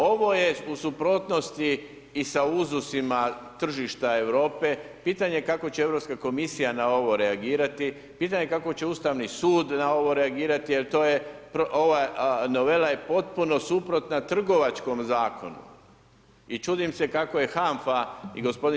Ovo je u suprotnosti i sa uzusima tržišta Europe, pitanje je kako će Europska komisija na ovo reagirati, pitanje kako će Ustavni sud na ovo reagirati jer to je, ova novela je potpuno suprotna Trgovačkom zakonu, i čudim se kako je HANFA i gospodin